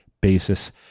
basis